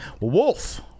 Wolf